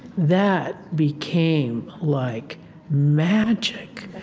that became like magic,